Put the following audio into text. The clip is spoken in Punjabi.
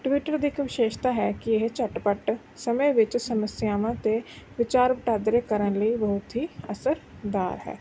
ਟਵੀਟਰ ਦੀ ਇੱਕ ਵਿਸ਼ੇਸ਼ਤਾ ਹੈ ਕਿ ਇਹ ਝੱਟ ਪੱਟ ਸਮੇਂ ਵਿੱਚ ਸਮੱਸਿਆਵਾਂ ਅਤੇ ਵਿਚਾਰ ਵਟਾਂਦਰੇ ਕਰਨ ਲਈ ਬਹੁਤ ਹੀ ਅਸਰਦਾਰ ਹੈ